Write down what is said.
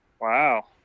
Wow